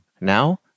Now